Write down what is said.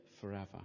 forever